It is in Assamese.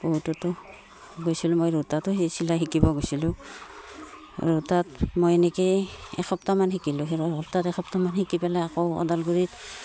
ৰৌতটো গৈছিলোঁ মই ৰৌতাটো সেই চিলাই শিকিব গৈছিলোঁ ৰৌতাত মই এনেকৈয়ে এসপ্তাহমান শিকিলোঁ সেই সপ্তাহত এসপ্তাহমান শিকি পেলাই আকৌ ওদালগুৰিত